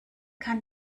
kann